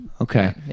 Okay